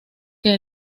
que